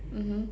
mmhmm